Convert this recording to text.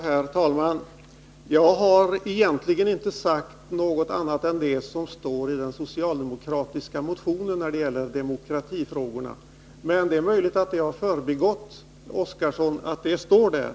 Herr talman! Jag har egentligen inte sagt något annat än det som står i den socialdemokratiska motionen när det gäller demokratifrågorna, men det är möjligt att det har förbigått Gunnar Oskarson att det står där.